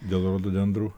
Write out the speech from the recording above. dėl rododendrų